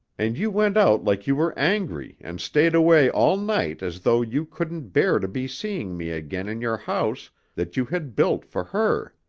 and you went out like you were angry and stayed away all night as though you couldn't bear to be seeing me again in your house that you had built for her.